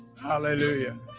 Hallelujah